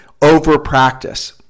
overpractice